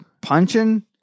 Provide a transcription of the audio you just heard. punching